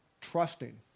trusting